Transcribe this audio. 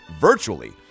virtually